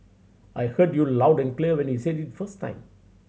I heard you loud and clear when you said it first time